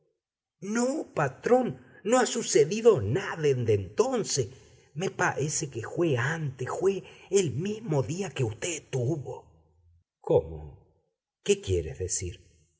no patrón no ha sucedido ná dende entonce me paece que jué antes jué el mimo día que uté etuvo cómo qué quieres decir